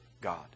God